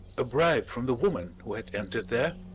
a bribe from the woman who had entered there?